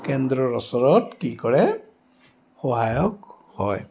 কেন্দ্ৰৰ ওচৰত কি কৰে সহায়ক হয়